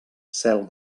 cel